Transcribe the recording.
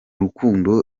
rukundo